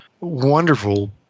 wonderful